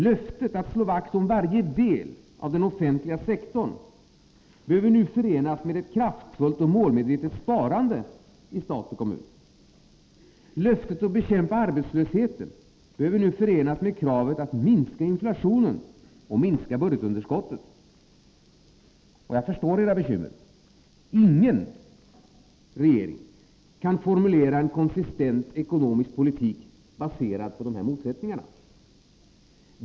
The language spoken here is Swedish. Löftet att slå vakt om varje del av den offentliga sektorn behöver nu förenas med ett kraftfullt och målmedvetet sparande i stat och kommun. Löftet att bekämpa arbetslösheten behöver nu förenas med kravet att minska inflationen och budgetunderskottet. Jag förstår era bekymmer. Ingen regering kan formulera en konsistent ekonomisk politik baserad på dessa motsättningar.